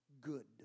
good